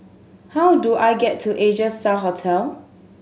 how do I get to Asia Star Hotel